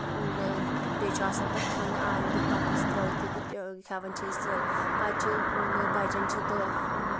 بیٚیہِ چھُ آسان تَتھ تھٔنۍ آلریڈی کَپس ترٲے تھٕے تہٕ تھاوان چھِ أسۍ سۄے پَتہٕ چھِ بَجان چھِ دہ